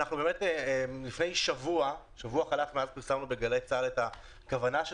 לפני שבוע פרסמנו בגלי צה"ל את הכוונה של